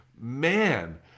man